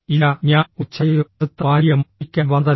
ഇല്ല ഞാൻ ഒരു ചായയോ തണുത്ത പാനീയമോ കുടിക്കാൻ വന്നതല്ല